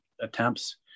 attempts